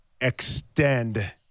extend